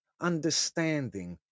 understanding